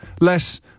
less